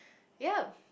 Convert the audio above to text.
yeap